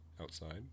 outside